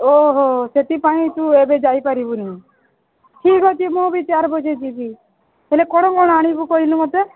ଓହୋ ସେଥିପାଇଁ ତୁ ଏବେ ଯାଇ ପାରିବୁନି ଠିକ୍ ଅଛି ମୁଁ ବି ଚାର୍ ବଜେ ଯିବି ହେଲେ କ'ଣ କ'ଣ ଆଣିବୁ କହିଲୁ ମୋତେ